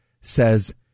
says